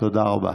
תודה רבה.